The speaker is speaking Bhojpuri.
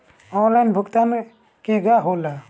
आनलाइन भुगतान केगा होला?